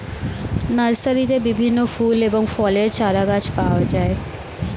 নার্সারিতে বিভিন্ন ফুল এবং ফলের চারাগাছ পাওয়া যায়